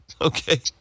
Okay